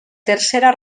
tercera